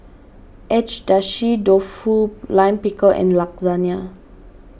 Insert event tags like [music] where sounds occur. Agedashi Dofu Lime Pickle and [unintelligible]